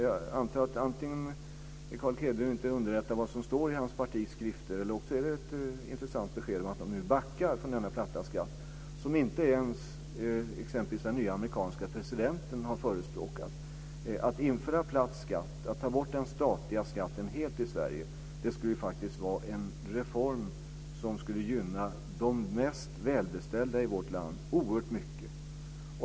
Jag antar att antingen är Carl Erik Hedlund inte underrättad om vad som står i hans partis skrifter, eller också är ett intressant besked att de nu backar från denna platta skatt, som inte ens exempelvis den nya amerikanska presidenten har förespråkat. Att införa platt skatt, att ta bort den statliga skatten helt i Sverige skulle faktiskt vara en reform som skulle gynna de mest välbeställda i vårt land oerhört mycket.